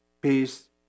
peace